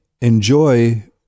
enjoy